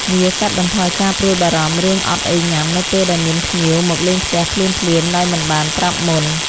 វាកាត់បន្ថយការព្រួយបារម្ភរឿងអត់អីញ៉ាំនៅពេលដែលមានភ្ញៀវមកលេងផ្ទះភ្លាមៗដោយមិនបានប្រាប់មុន។